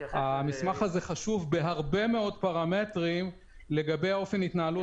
המסמך הזה חשוב בהרבה מאוד פרמטרים לגבי אופן התנהלות